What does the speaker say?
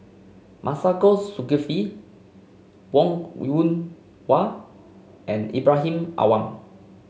Masagos Zulkifli Wong Yoon Wah and Ibrahim Awang